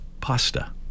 pasta